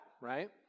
right